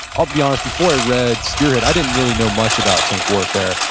i'll be honest, before i read spearhead i didn't really know much about tank warfare.